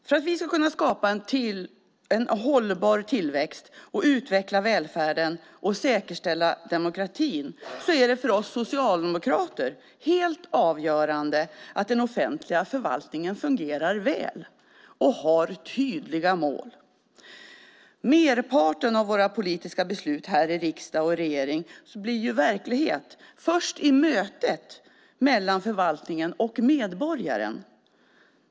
För att vi ska kunna skapa en hållbar tillväxt, utveckla välfärden och säkerställa demokratin är det för oss socialdemokrater helt avgörande att den offentliga förvaltningen fungerar väl och har tydliga mål. Merparten av våra politiska beslut här i riksdag och regering blir verklighet först i mötet mellan förvaltningen och medborgaren.